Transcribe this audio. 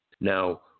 Now